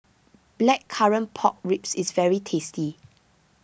Blackcurrant Pork Ribs is very tasty